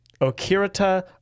Okirata